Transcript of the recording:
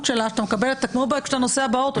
שלה שאתה מקבל אותה כמו שאתה נוסע באוטו.